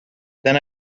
then